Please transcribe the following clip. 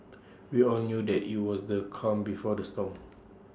we all knew that IT was the calm before the storm